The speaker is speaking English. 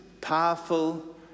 powerful